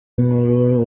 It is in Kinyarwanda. nkuru